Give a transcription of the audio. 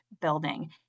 building